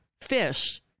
fish